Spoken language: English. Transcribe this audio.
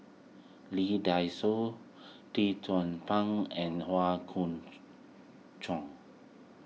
Lee Dai Soh Lee Tzu Pheng and Howe Chong